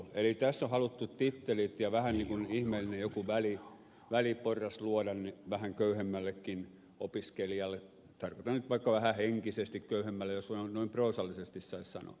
eli tässä on haluttu tittelit ja niin kuin joku ihmeellinen väliporras luoda vähän köyhemmällekin opiskelijalle tarkoitan nyt vaikka vähän henkisesti köyhemmälle jos noin proosallisesti saisi sanoa